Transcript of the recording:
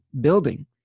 building